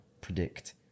predict